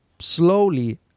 slowly